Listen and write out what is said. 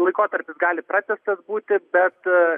laikotarpis gali pratęstas būti bet